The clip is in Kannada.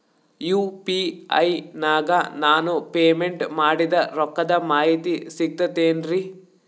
ಯು.ಪಿ.ಐ ನಾಗ ನಾನು ಪೇಮೆಂಟ್ ಮಾಡಿದ ರೊಕ್ಕದ ಮಾಹಿತಿ ಸಿಕ್ತಾತೇನ್ರೀ?